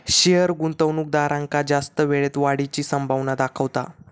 share गुंतवणूकदारांका जास्त वेळेत वाढीची संभावना दाखवता